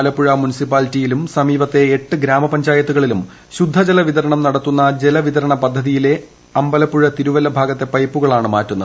ആലപ്പുഴ മുനിസിപ്പാലിറ്റിയിലും സമീപത്തെ എട്ട് ഗ്രാമപഞ്ചായത്തുകളിലും ശുദ്ധജലവിതരണം നടത്തുന്ന ജലവിതരണ പദ്ധതിയിലെ അമ്പലപ്പുഴ തിരുവല്ല ഭാഗത്തെ ഒപ്പപ്പുകൾ ആണ് മാറ്റുന്നത്